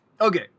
Okay